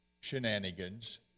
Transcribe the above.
shenanigans